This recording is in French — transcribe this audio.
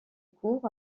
cours